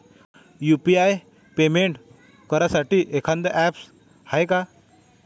UPI payment करासाठी एखांद app हाय का?